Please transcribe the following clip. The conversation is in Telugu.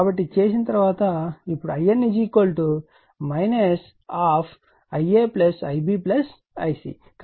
కాబట్టి ఇది చేసిన తరువాత ఇప్పుడు In Ia Ib Ic